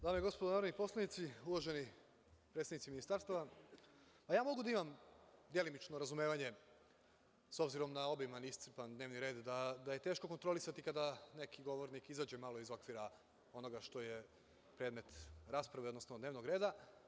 Dame i gospodo narodni poslanici, uvaženi predstavnici ministarstva, ja mogu da imam delimično razumevanje, s obzirom na obiman i iscrpan dnevni red, da je teško kontrolisati kada neki govornik izađe malo iz okvira onoga što je predmet rasprave, odnosno dnevnog reda.